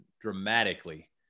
dramatically